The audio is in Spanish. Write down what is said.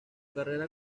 carrera